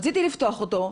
רציתי לפתוח אותו,